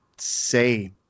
say